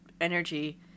energy